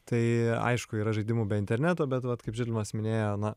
tai aišku yra žaidimų be interneto bet vat kaip žilvinas minėjo na